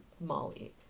Molly